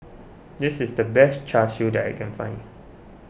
this is the best Char Siu that I can find